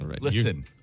Listen